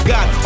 God